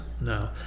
No